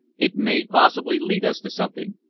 it may possibly lead us to something.